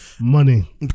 money